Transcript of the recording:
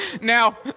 Now